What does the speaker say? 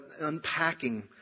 unpacking